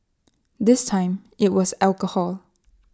this time IT was alcohol